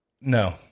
no